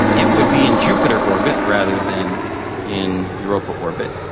it would be in jupiter orbit rather than in europa orbit,